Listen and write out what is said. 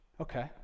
Okay